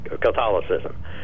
Catholicism